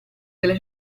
della